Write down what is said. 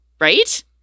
Right